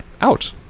out